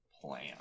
plan